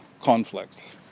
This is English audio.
conflict